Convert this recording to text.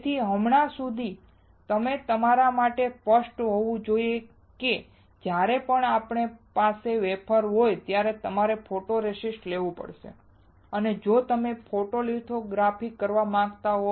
તેથી હમણાં સુધી તે તમારા માટે સ્પષ્ટ હોવું જોઈએ કે જ્યારે પણ તમારી પાસે વેફર હોય ત્યારે તમારે ફોટોરેસિસ્ટ લેવું પડે જો તમે ફોટોલિથોગ્રાફી કરવા માંગતા હો